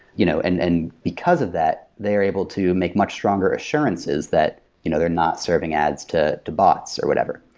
you know and and because of that, they are able to make much stronger assurances that you know they're not serving ads to to bots or whatever.